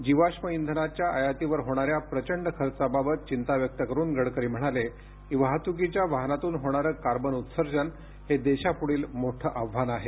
जीवाष्म इंधनाच्या आयातीवर होणाऱ्या प्रचंड खर्चाबाबत चिंता व्यक्त करुन गडकरी म्हणाले की वाहतुकीच्या वाहनातून होणारे कार्बन उत्सर्जन हे देशापुढील मोठे आव्हान आहे